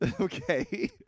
Okay